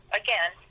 again